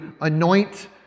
anoint